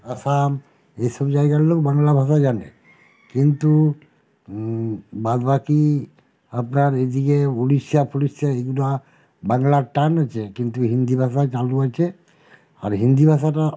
আসাম এই সব জায়গার লোক বাংলা ভাষা জানে কিন্তু বাদ বাকি আপনার এদিকে উড়িশ্যা পুড়িশ্যা এইগুলা বাংলার টান আছে কিন্তু হিন্দি ভাষা চালু আছে আর হিন্দি ভাষাটা